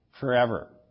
forever